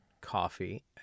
coffee